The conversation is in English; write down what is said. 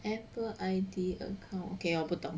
Apple I_D account okay 我不懂